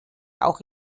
auch